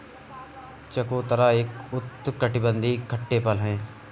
चकोतरा एक उष्णकटिबंधीय खट्टे फल है